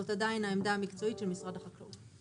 זאת עדיין העמדה המקצועית של משרד החקלאות.